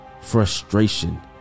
Frustration